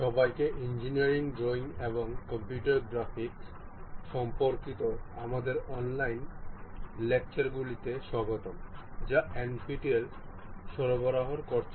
সবাইকে engineering drawing এবং computer graphics সম্পর্কিত আমাদের অনলাইন লেকচারগুলিতে স্বাগতম যা NPTEL সরবরাহ করেছে